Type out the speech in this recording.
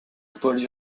pôle